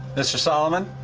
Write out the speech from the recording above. mr. solomon.